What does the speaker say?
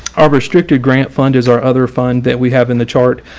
our restricted grant fund is our other fund that we have in the chart.